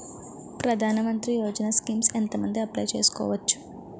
ప్రధాన మంత్రి యోజన స్కీమ్స్ ఎంత మంది అప్లయ్ చేసుకోవచ్చు?